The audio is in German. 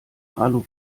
alu